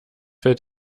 fällt